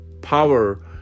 power